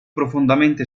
profondamente